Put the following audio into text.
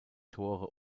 tore